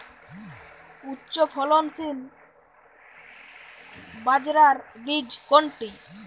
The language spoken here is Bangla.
উচ্চফলনশীল বাজরার বীজ কোনটি?